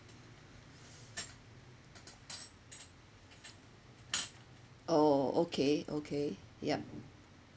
oh okay okay yup